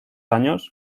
años